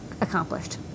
accomplished